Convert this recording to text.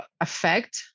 affect